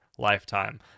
lifetime